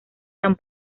tan